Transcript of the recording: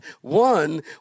One